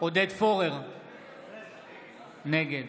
נגד